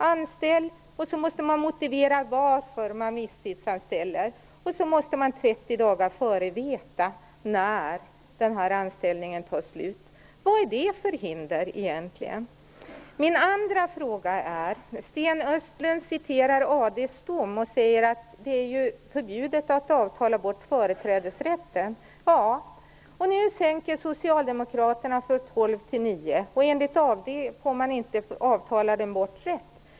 Man anställer, sedan måste man motivera varför man visstidsanställer och 30 dagar innan måste man veta när anställningen tar slut. Vad är det för hinder egentligen? Min andra fråga är: Sten Östlund citerar AD:s dom och säger att det är förbjudet att avtala bort företrädesrätten. Ja, och nu sänker Socialdemokraterna från 12 månader till 9. Enligt AD får man inte avtala den bortre.